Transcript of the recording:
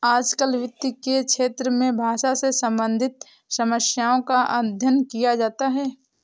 आजकल वित्त के क्षेत्र में भाषा से सम्बन्धित समस्याओं का अध्ययन किया जाता है